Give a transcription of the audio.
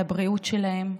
על הבריאות שלהם,